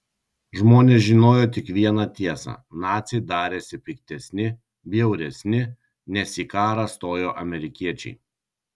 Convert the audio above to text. žmonės žinojo tik vieną tiesą naciai darėsi piktesni bjauresni nes į karą stojo amerikiečiai